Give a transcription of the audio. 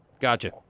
Gotcha